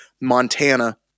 Montana